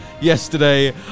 yesterday